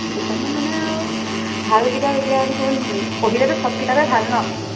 দুখনমান মানে আৰু ভাল কিতাপ এতিয়া দেখোন পঢ়িলেতো চব কিতাপেই ভাল ন